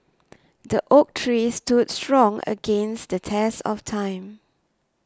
the oak tree stood strong against the test of time